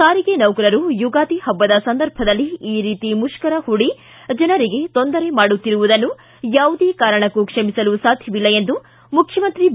ಸಾರಿಗೆ ನೌಕರರು ಯುಗಾದಿ ಪಬ್ಲದ ಸಂದರ್ಭದಲ್ಲಿ ಈ ರೀತಿ ಮುಷ್ಕರ ಹೂಡಿ ಜನರಿಗೆ ತೊಂದರೆ ಮಾಡುತ್ತಿರುವುದನ್ನು ಯಾವುದೇ ಕಾರಣಕ್ಕೂ ಕ್ಷಮಿಸಲು ಸಾಧ್ಯವಿಲ್ಲ ಎಂದು ಮುಖ್ಯಮಂತ್ರಿ ಬಿ